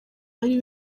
bari